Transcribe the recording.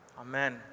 Amen